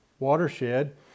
watershed